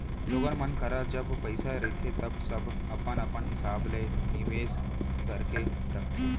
लोगन मन करा जब पइसा रहिथे तव सब अपन अपन हिसाब ले निवेस करके रखथे